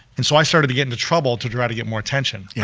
and so i started to get into trouble to try to get more attention, yeah